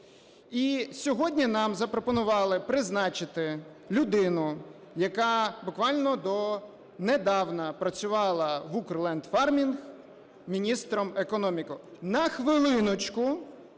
сьогодні нам запропонували призначити людину, яка буквально донедавна працювала в "Укрлендфармінг", міністром економіки, на хвилиночку,